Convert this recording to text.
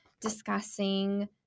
discussing